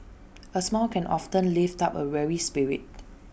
A smile can often lift up A weary spirit